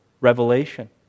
revelation